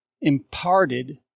imparted